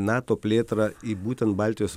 nato plėtrą į būtent baltijos